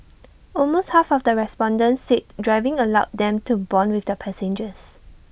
almost half of the respondents said driving allowed them to Bond with their passengers